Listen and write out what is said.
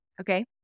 okay